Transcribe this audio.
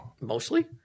mostly